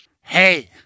Hey